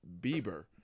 Bieber